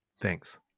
Thanks